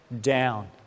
down